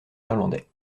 irlandais